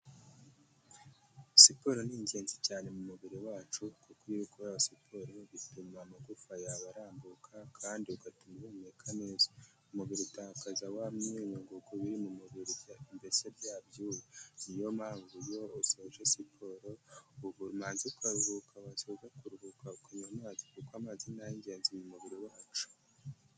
Siporo ni ingenzi cyane mu mubiri wacu kuko iyo ukora siporo bituma amagufa yaba arambuka kandi bigatuma uhumeka neza, umubiri utakaza wa myunyungugu biri mu mubiri mbese bya byuyuma, niyo mpamvu iyo usohoje siporo ubu nazi kwahukabasiga kuruhuka kunywa amazi kuko amazina niay'ingenzi mu mubiri wacu.